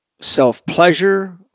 self-pleasure